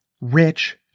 rich